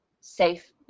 safe